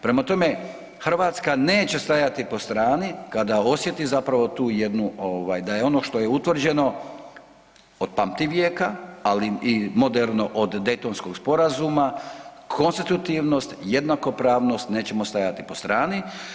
Prema tome, Hrvatska neće stajati po strani kada osjeti zapravo tu jednu ovaj da je ono što je utvrđeno od pamtivijeka, ali i moderno od Dejtonskog sporazuma konstitutivnost, jednakopravnost nećemo stajati po strani.